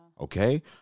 Okay